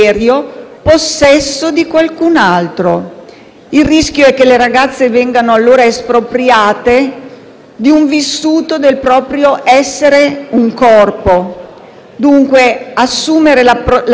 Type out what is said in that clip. Il rischio è che le ragazze vengano allora espropriate di un vissuto del proprio essere un corpo. Dunque, assumere la responsabilità del proprio corpo-persona